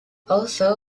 also